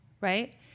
right